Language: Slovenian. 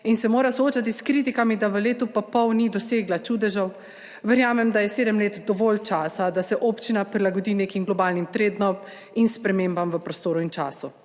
in se mora soočati s kritikami, da v letu pa pol ni dosegla čudežev, verjamem, da je sedem let dovolj časa, da se občina prilagodi nekim globalnim trendom in spremembam v prostoru in času.